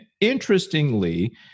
interestingly